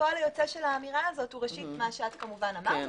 הפועל היוצא של האמירה הזאת הוא ראשית מה שכמובן אמרת,